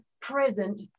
present